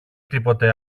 τίποτε